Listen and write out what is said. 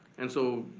and so,